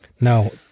No